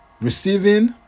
receiving